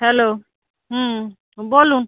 hello হুম বলুন